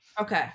Okay